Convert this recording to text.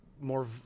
more